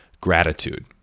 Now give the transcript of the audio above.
gratitude